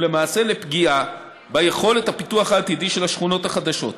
ולמעשה לפגיעה ביכולת הפיתוח העתידי של השכונות החדשות.